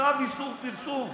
צו איסור פרסום.